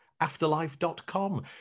afterlife.com